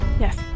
Yes